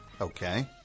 Okay